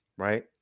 right